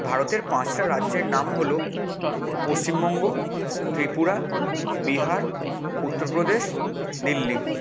ভারতের পাঁচটা রাজ্যের নাম হল পশ্চিমবঙ্গ ত্রিপুরা বিহার উত্তর প্রদেশ দিল্লি